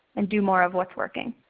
and do more of what's working.